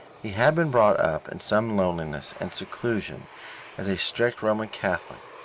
he had been brought up in some loneliness and seclusion as a strict roman catholic,